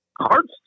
cards